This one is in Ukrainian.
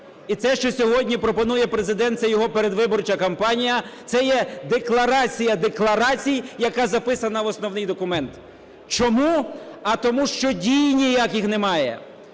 І це, що сьогодні пропонує Президент, це його передвиборча кампанія, це є декларація декларацій, яка записана в основний документ. Чому? А тому що дій ніяких немає,